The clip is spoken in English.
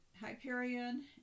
Hyperion